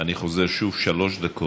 אני חוזר שוב: שלוש דקות.